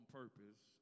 purpose